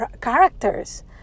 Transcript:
characters